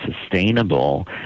sustainable